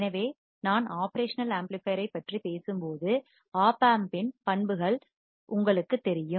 எனவே நான் செயல்பாட்டு பெருக்கியைப் ஒப்ரேஷனல் ஆம்ப்ளிபையர் ஐப் பற்றி பேசும்போது ஒப் ஆம்பின் பண்புகள் உங்களுக்குத் தெரியும்